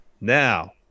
Now